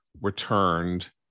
returned